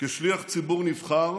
כשליח ציבור נבחר